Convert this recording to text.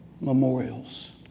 memorials